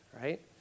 right